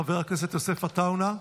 חבר הכנסת יוסף עטאונה,